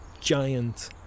giant